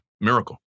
miracle